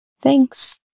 Thanks